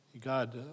God